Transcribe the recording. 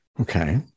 Okay